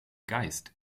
geist